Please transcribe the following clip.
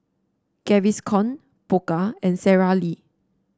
Gaviscon Pokka and Sara Lee